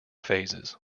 phases